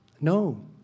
No